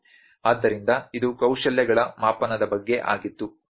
ಆದ್ದರಿಂದ ಇದು ಕೌಶಲ್ಯಗಳ ಮಾಪನದ ಬಗ್ಗೆ ಆಗಿತ್ತು